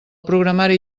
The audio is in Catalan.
programari